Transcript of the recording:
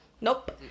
nope